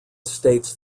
states